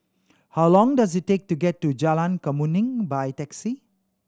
how long does it take to get to Jalan Kemuning by taxi